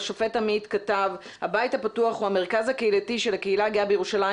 השופט עמית כתב: הבית הפתוח הוא המרכז הקהילתי של הקהילה הגאה בירושלים.